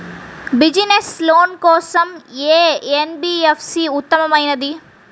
Business loan కోసం ఏ NBFC ఉత్తమమైనది?